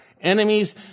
enemies